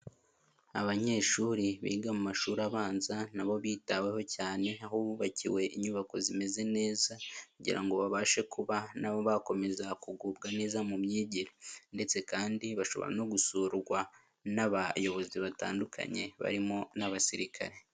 Abanyeshuri biga mu mashuri abanza nabo bitaweho cyane aho bubakiwe inyubako zimeze neza kugira ngo babashe kuba nabo bakomeza kugubwa neza mu myigire ndetse kandi bashobora no gusurwa n'abayobozi batandukanye barimo n'abasirikare.